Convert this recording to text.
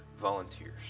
volunteers